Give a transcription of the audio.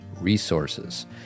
Resources